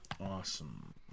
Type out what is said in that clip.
Awesome